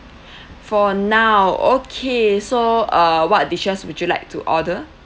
for now okay so uh what dishes would you like to order